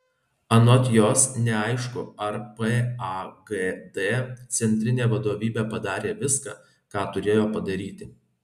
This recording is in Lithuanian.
anot jos neaišku ar pagd centrinė vadovybė padarė viską ką turėjo padaryti